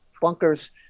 bunkers